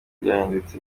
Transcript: byahindutse